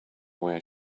where